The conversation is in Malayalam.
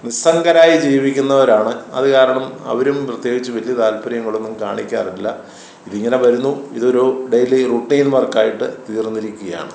നിസ്സംഗരായി ജീവിക്കുന്നവരാണ് അത് കാരണം അവരും പ്രത്യേകിച്ച് വലിയ താൽപ്പര്യങ്ങളൊന്നും കാണിക്കാറില്ല ഇത് ഇങ്ങനെ വരുന്നു ഇതൊരു ഡെയിലി റുട്ടീൻ വർക്ക് ആയിട്ട് തീർന്നിരിക്കുകയാണ്